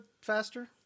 faster